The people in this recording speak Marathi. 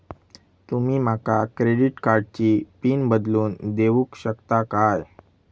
तुमी माका क्रेडिट कार्डची पिन बदलून देऊक शकता काय?